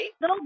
no